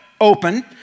open